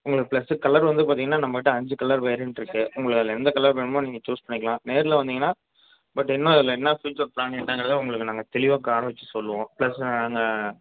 உங்களுக்கு plus colour வந்து பார்த்திங்கன்னா நம்மக் கிட்டே அஞ்சு கலர் வேரியன்ட் இருக்கு உங்களுக்கு அதில் எந்த கலர் வேணுமோ நீங்கள் சூஸ் பண்ணிக்கலாம் நேரில் வந்தீங்கன்னா பட் என்ன அதில் என்ன ஃப்யூச்சர் ப்ளானு என்னங்கிறதை உங்களுக்கு நாங்கள் தெளிவாக காரை வச்சு சொல்வோம் ப்ளஸ் நாங்கள்